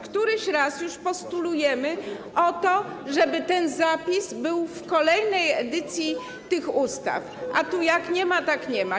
Któryś raz już postulujemy to, żeby ten zapis był w kolejnej edycji tych ustaw, a tu jak nie ma, tak nie ma.